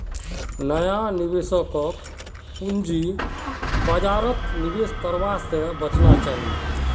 नया निवेशकक पूंजी बाजारत निवेश करवा स बचना चाहिए